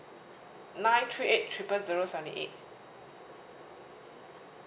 nine three eight triple zero seventy eight